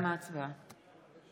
להלן התוצאות: